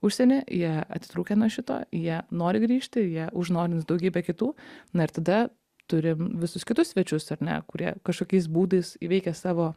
užsieny jie atitrūkę nuo šito jie nori grįžti jie užnorins daugybę kitų na ir tada turim visus kitus svečius ar ne kurie kažkokiais būdais įveikę savo